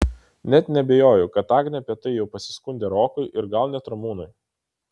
net neabejoju kad agnė apie tai jau pasiskundė rokui ir gal net ramūnui